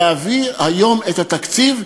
להביא היום את התקציב?